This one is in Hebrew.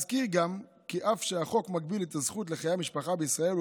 אזכיר גם כי אף שהחוק מגביל את הזכות לחיי משפחה בישראל,